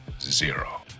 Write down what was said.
zero